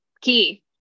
key